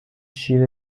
شیر